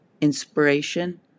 Inspiration